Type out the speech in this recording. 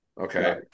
Okay